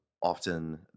often